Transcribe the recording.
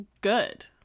good